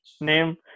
name